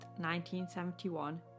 1971